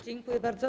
Dziękuję bardzo.